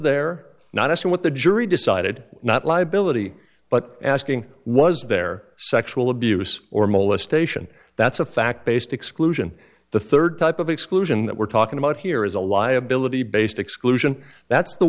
there not a sin what the jury decided not liability but asking was there sexual abuse or molestation that's a fact based exclusion the third type of exclusion that we're talking about here is a liability based exclusion that's the